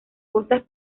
costas